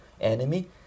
enemy